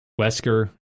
Wesker